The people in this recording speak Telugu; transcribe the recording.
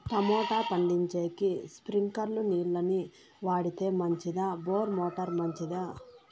టమోటా పండించేకి స్ప్రింక్లర్లు నీళ్ళ ని వాడితే మంచిదా బోరు మోటారు మంచిదా?